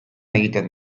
egiten